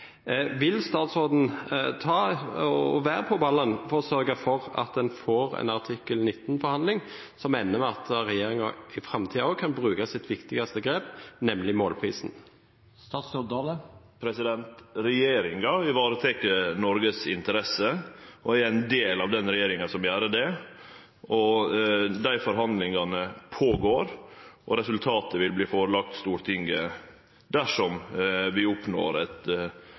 være på ballen for å sørge for at en får artikkel 19-forhandlinger som ender med at regjeringen i framtida også kan bruke sitt viktigste grep, nemlig målprisen? Regjeringa vil vareta Noregs interesser, og eg er ein del av den regjeringa som gjer det. Dei forhandlingane pågår, og resultatet vil verte førelagt Stortinget dersom vi oppnår